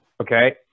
okay